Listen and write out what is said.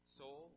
soul